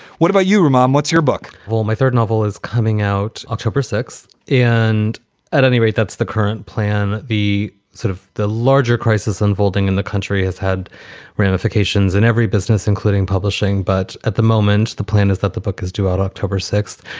what about you, reman? what's your book? well, my third novel is coming out october six. and at any rate, that's the current plan. the sort of the larger crisis unfolding in the country has had ramifications in every business, including publishing. but at the moment, the plan is that the book is due out october sixth.